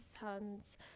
sons